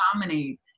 dominate